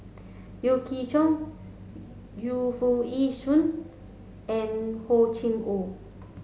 Yeo Chee Kiong Yu Foo Yee Shoon and Hor Chim Or